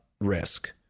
risk